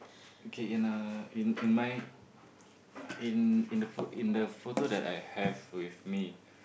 okay in a in in my in in the pho~ in the photo that I have with me